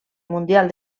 mundial